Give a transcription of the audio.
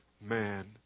man